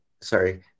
sorry